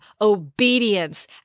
obedience